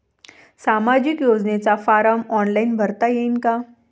सामाजिक योजनेचा form online भरता येईन का?